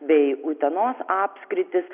bei utenos apskritys